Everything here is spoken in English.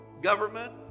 government